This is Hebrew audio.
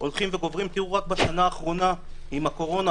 - רק בשנה האחרונה עם הקורונה,